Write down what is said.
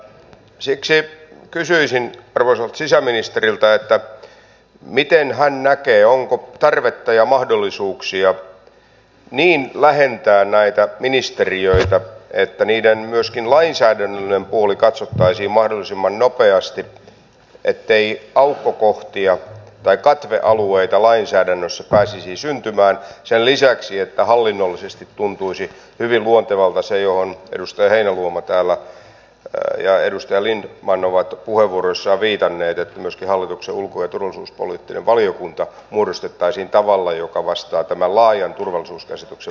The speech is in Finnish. siksi kysyisin arvoisalta sisäministeriltä miten hän näkee onko tarvetta ja mahdollisuuksia lähentää näitä ministeriöitä että myöskin niiden lainsäädännöllinen puoli katsottaisiin mahdollisimman nopeasti ettei aukkokohtia tai katvealueita lainsäädännössä pääsisi syntymään sen lisäksi että hallinnollisesti tuntuisi hyvin luontevalta se mihin edustaja heinäluoma ja edustaja lindtman ovat täällä puheenvuoroissaan viitanneet että myöskin hallituksen ulko ja turvallisuuspoliittinen valiokunta muodostettaisiin tavalla joka vastaa tämän laajan turvallisuuskäsityksen mukaista mallia